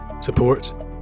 support